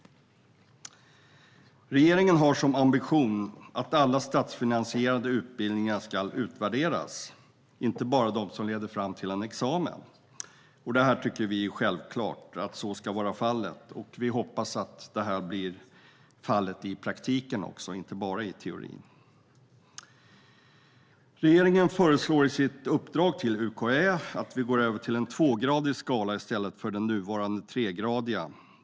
Regeringen har som ambition att alla statsfinansierade utbildningar, inte bara de som leder fram till en examen, ska utvärderas. Vi tycker att det är självklart att så ska vara fallet. Vi hoppas att så blir fallet också i praktiken, inte bara i teorin. Regeringen föreslår i sitt uppdrag till UKÄ att vi går över till en tvågradig skala i stället för den nuvarande tregradiga.